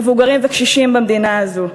מבוגרים וקשישים במדינה הזאת.